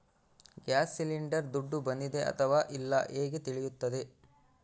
Gas cylinder ದುಡ್ಡು ಬಂದಿದೆ ಅಥವಾ ಇಲ್ಲ ಹೇಗೆ ತಿಳಿಯುತ್ತದೆ?